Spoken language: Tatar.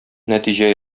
нәтиҗә